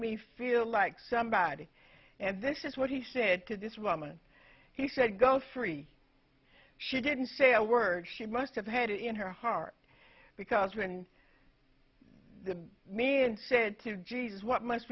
me feel like somebody and this is what he said to this woman he said go free she didn't say a word she must have had it in her heart because when the man said to jesus what must